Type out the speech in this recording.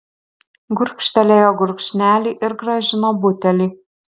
gurkštelėjo gurkšnelį ir grąžino butelį